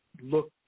look